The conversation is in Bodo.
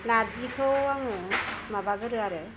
नारजिखौ आङो माबागोरो आरो